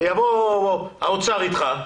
שיבוא האוצר איתך,